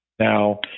Now